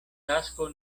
tasko